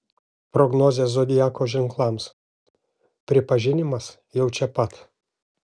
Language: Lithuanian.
prognozė zodiako ženklams pripažinimas jau čia pat